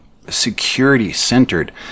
security-centered